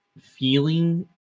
feeling